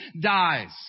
dies